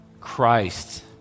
Christ